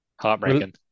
Heartbreaking